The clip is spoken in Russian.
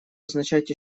означать